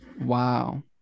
Wow